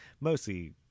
Mostly